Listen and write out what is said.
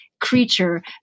creature